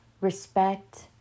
respect